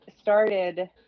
started